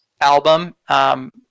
album